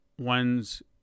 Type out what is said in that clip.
one's